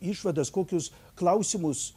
išvadas kokius klausimus